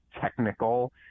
technical